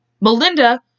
Melinda